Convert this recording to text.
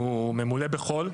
הוא ממולא בחול,